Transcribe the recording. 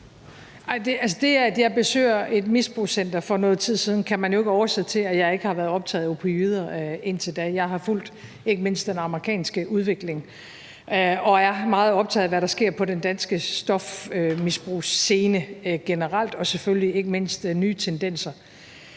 det, at jeg besøger et misbrugscenter for noget tid siden, kan man jo ikke oversætte til, at jeg ikke har været optaget af opioider indtil da. Jeg har fulgt ikke mindst den amerikanske udvikling og er meget optaget af, hvad der sker på den danske stofmisbrugsscene generelt og selvfølgelig ikke mindst nye tendenser.